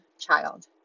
child